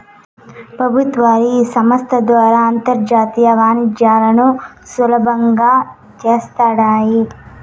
పెబుత్వాలు ఈ సంస్త ద్వారా అంతర్జాతీయ వాణిజ్యాలను సులబంగా చేస్తాండాయి